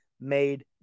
made